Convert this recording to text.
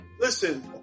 listen